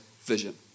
vision